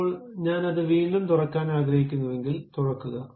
ഇപ്പോൾ ഞാൻ അത് വീണ്ടും തുറക്കാൻ ആഗ്രഹിക്കുന്നുവെങ്കിൽ തുറക്കുക